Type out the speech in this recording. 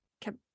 kept